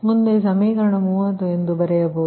ಮುಂದೆ ಸಮೀಕರಣ 30 ಎಂದು ಬರೆಯಬಹುದು